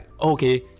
okay